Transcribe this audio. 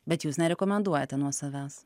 bet jūs nerekomenduojate nuo savęs